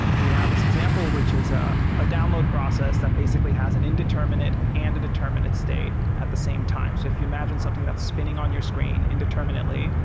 we have this example which is ah a download process that basically has an indeterminate and a determinate state at the same time. so if you imagine something that's spinning on your screen indeterminately,